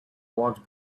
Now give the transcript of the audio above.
walked